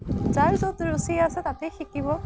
যাৰ য'ত ৰুচি আছে তাতেই শিকিব